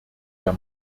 der